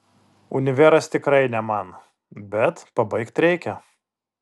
univeras tikrai ne man bet pabaigt reikia